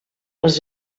les